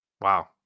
Wow